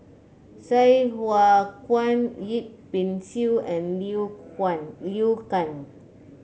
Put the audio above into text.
Sai Hua Kuan Yip Pin Xiu and Liu Huan Liu Kang